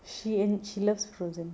she and she loves frozen